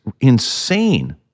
insane